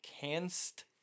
canst